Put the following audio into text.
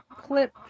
clip